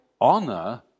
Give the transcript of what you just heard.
honor